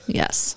yes